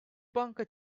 banka